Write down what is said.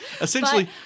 Essentially